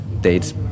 dates